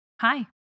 Hi